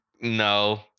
no